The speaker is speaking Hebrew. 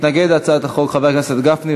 מתנגד להצעת החוק חבר הכנסת גפני.